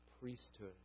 priesthood